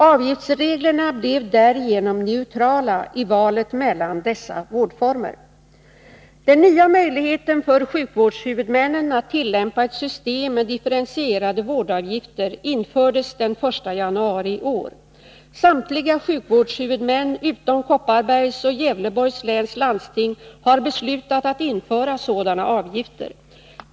Avgiftsreglerna blev därigenom neutrala i valet mellan dessa vårdformer. Den nya möjligheten för sjukvårdshuvudmännen att tillämpa ett system med differentierade vårdavgifter infördes den 1 januari i år. Samtliga sjukvårdshuvudmän utom Kopparbergs och Gävleborgs läns landsting har beslutat att införa sådana avgifter.